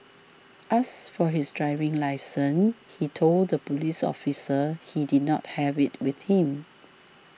asked for his driving licence he told the police officer he did not have it with him